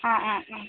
ആ ആ ആ